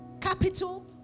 capital